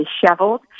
disheveled